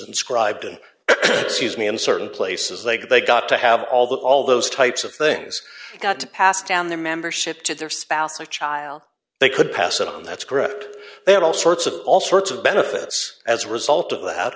inscribed and excuse me in certain places they get they got to have all the all those types of things you've got to pass down their membership to their spouse or child they could pass it on that's grip they have all sorts of all sorts of benefits as a result of that